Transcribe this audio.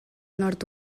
nord